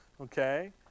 Okay